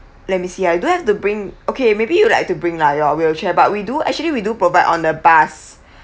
let me see ah you don't have to bring okay maybe you'd like to bring lah your wheelchair but we do actually we do provide on the bus